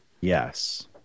Yes